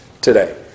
today